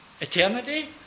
eternity